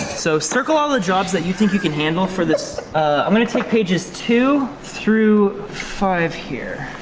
so circle all the jobs that you think you can handle for this i'm gonna take pages two through five here.